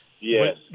Yes